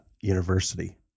university